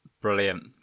brilliant